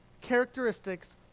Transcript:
characteristics